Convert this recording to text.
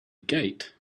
gate